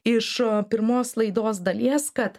iš pirmos laidos dalies kad